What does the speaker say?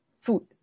food